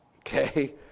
Okay